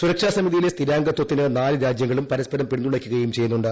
സുരക്ഷാ സമിതിയിലെ സ്ഥിരാംഗത്വത്തിന് നാല് രാജ്യങ്ങളും പരസ്പരം പിന്തുണയ്ക്കുകയും ചെയ്യുന്നുണ്ട്